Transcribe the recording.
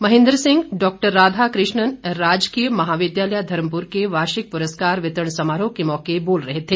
Mahendra Singh doctor Radha Krishnan राजकीय महाविद्यालय धर्मपुर के वार्षिक पुरस्कार वितरण समारोह के मौके पर बोल रहे थे